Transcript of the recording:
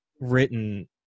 written